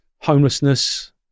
homelessness